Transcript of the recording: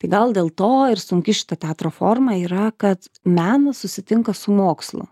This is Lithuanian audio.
tai gal dėl to ir sunki šita teatro forma yra kad menas susitinka su mokslu